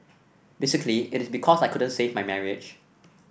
basically it is because I couldn't save my marriage